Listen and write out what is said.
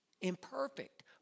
imperfect